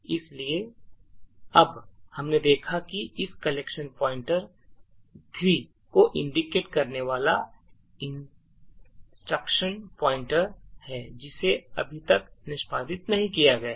इसलिए अब हमने देखा है कि इस लोकेशन पॉइंटर 03 को indicate करने वाला इंस्ट्रक्शन पॉइंटर है जिसे अभी तक निष्पादित नहीं किया गया है